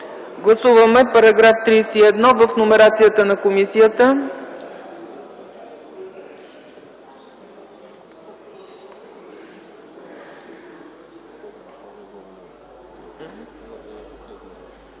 Гласуваме § 31 в номерацията на комисията.